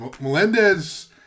Melendez